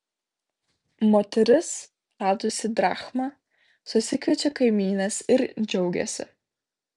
moteris radusi drachmą susikviečia kaimynes ir džiaugiasi